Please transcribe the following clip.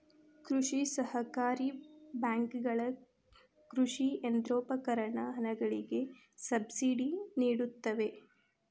ಕೃಷಿ ಸಹಕಾರಿ ಬ್ಯಾಂಕುಗಳ ಕೃಷಿ ಯಂತ್ರೋಪಕರಣಗಳಿಗೆ ಸಬ್ಸಿಡಿ ನಿಡುತ್ತವೆ